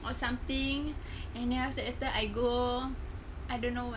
or something and then after that later I go I don't know